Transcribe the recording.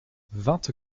vingt